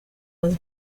was